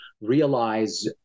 realize